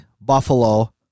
Buffalo